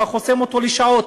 אתה חוסם אותו לשעות.